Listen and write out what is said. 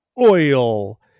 Oil